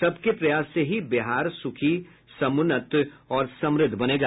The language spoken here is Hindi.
सब के प्रयास से ही बिहार सुखी समुन्नत और समृद्ध बनेगा